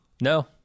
No